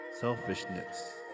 selfishness